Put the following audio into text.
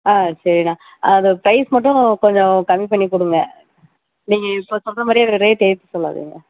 ஆ சரிண்ணா அது பிரைஸ் மட்டும் கொஞ்சம் கம்மி பண்ணிக் கொடுங்க நீங்கள் இப்போ சொல்கிற மாதிரி எனக்கு ரேட் ஏற்றி சொல்லாதீங்க